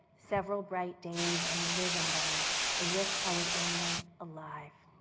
several bright days and live in them as if i was only alive,